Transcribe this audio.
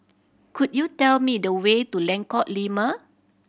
could you tell me the way to Lengkok Lima